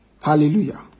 Hallelujah